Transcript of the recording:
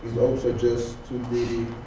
oaks are just too